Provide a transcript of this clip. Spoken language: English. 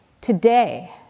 today